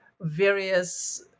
various